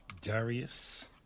Darius